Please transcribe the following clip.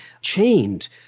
chained